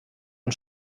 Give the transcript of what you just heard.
und